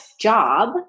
job